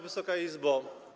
Wysoka Izbo!